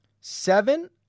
seven